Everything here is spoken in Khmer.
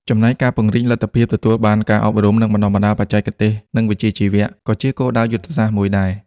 ចំណែកការពង្រីកលទ្ធភាពទទួលបានការអប់រំ និងបណ្តុះបណ្តាលបច្ចេកទេស និងវិជ្ជាជីវៈ ក៏ជាគោលដៅយុទ្ធសាស្ត្រមួយដែរ។ ។